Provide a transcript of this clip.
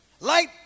Light